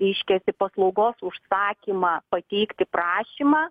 reiškiasi paslaugos užsakymą pateikti prašymą